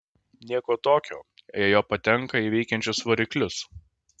nieko tokio jei jo patenka į veikiančius variklius